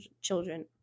children